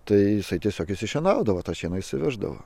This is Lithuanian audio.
tai jisai tiesiog išsišienaudavo tą šieną išsiveždavo